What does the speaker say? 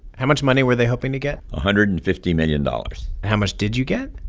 how much money were they hoping to get? a hundred and fifty million dollars how much did you get?